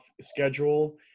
schedule